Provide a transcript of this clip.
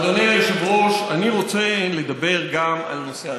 אדוני היושב-ראש, אני רוצה לדבר גם על נושא השבת.